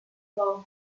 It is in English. low